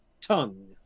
tongue